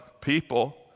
people